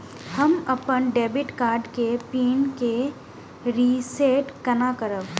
हम अपन debit card के पिन के रीसेट केना करब?